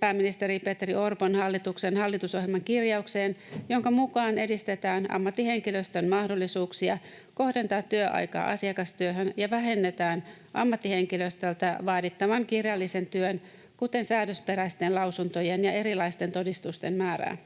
pääministeri Petteri Orpon hallituksen hallitusohjelman kirjaukseen, jonka mukaan edistetään ammattihenkilöstön mahdollisuuksia kohdentaa työaikaa asiakastyöhön ja vähennetään ammattihenkilöstöltä vaadittavan kirjallisen työn, kuten säädösperäisten lausuntojen ja erilaisten todistusten, määrää.